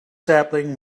sapling